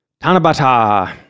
Tanabata